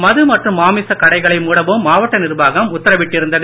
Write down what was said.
மது மற்றும் மாமிசக் கடைகளை மூடவும் மாவட்ட நிர்வாகம் உத்தரவிட்டு இருந்தது